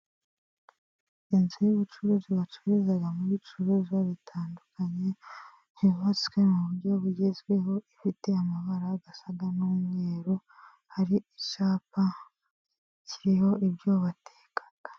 Inzu y'ubucuruzi bacururizamo ibicuruzwa bitandukanye, yubatswe mu buryo bugezweho ifite amabara asa n'umweru, hari icyapa kiriho ibyo bateka.